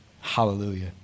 Hallelujah